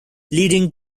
leading